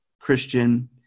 Christian